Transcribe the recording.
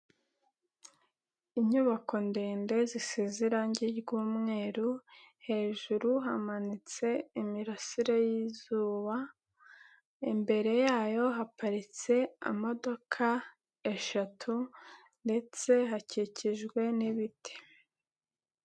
Inyubako ndende zisize irangi ry'umweru, hejuru hamanitse imirasire y'izuba, imbere yayo haparitse imodoka eshatu ndetse hakikijwe n'ibiti.